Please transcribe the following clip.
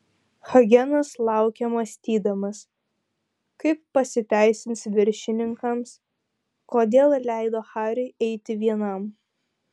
hagenas laukė mąstydamas kaip pasiteisins viršininkams kodėl leido hariui eiti vienam